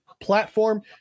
platform